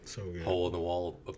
hole-in-the-wall